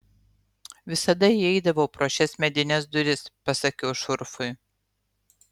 visada įeidavau pro šias medines duris pasakiau šurfui